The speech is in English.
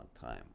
time